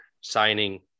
signing